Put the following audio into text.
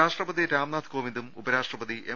രാഷ്ട്രപതി രാംനാഥ് കോവിന്ദും ഉപരാഷ്ട്രപതി എം